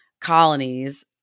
colonies